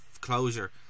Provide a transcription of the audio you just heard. closure